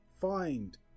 Find